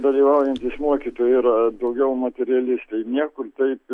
dalyvaujantys mokytojai yra daugiau moterėlės tai niekur taip